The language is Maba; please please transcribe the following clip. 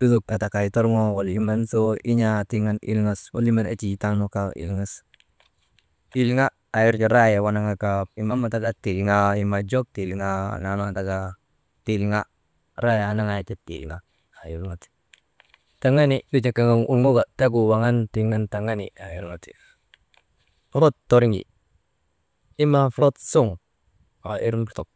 lutok katay torŋoo wala lutoo in̰aa taka tiŋ an ilŋas wenimer enjii taa nu kaa ilŋas tilŋa wanaŋa ka mamat andaka tilŋaa jok tilŋa annaa nu andaka, tilŋa rayee anaŋa ka ti tilŋa a irnu ti, taŋani nu jaa tegu gaŋ gaŋoka taŋan nu ti, orot torŋi imaa forok torŋi Imaa frok suŋ aa irnu lutok.